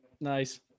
Nice